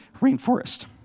rainforest